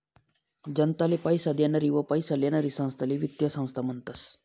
जनताले पैसा देनारी व पैसा लेनारी संस्थाले वित्तीय संस्था म्हनतस